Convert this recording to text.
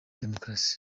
demokarasi